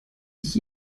ich